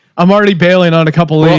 i'm already bailing on a couple of weeks.